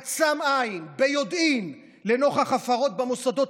עצם עין ביודעין לנוכח הפרות במוסדות